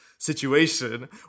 situation